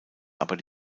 aber